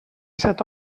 set